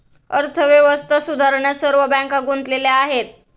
अर्थव्यवस्था सुधारण्यात सर्व बँका गुंतलेल्या आहेत